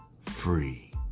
free